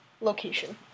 location